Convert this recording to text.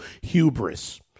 hubris